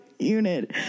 Unit